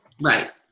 Right